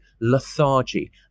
lethargy